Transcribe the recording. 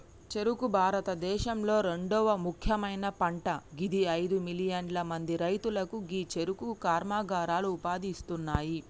చెఱుకు భారతదేశంలొ రెండవ ముఖ్యమైన పంట గిది అయిదు మిలియన్ల మంది రైతులకు గీ చెఱుకు కర్మాగారాలు ఉపాధి ఇస్తున్నాయి